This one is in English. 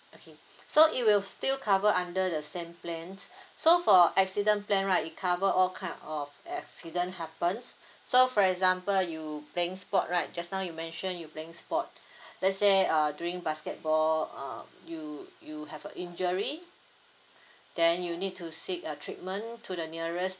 okay so it will still cover under the same plan so for accident plan right it cover all kind of accident happens so for example you playing sports right just now you mentioned you playing sport let's say err doing basketball err you you have a injury then you need to seek a treatment to the nearest